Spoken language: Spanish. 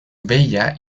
bella